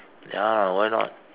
ya why not